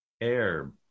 air